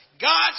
God's